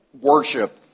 worship